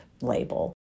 label